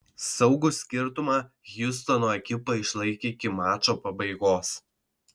saugų skirtumą hjustono ekipa išlaikė iki mačo pabaigos